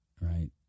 right